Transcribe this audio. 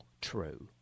true